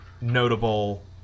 notable